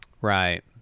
Right